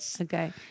Okay